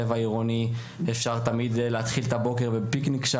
שם אפשר להתחיל תמיד בוקר בפיקניק,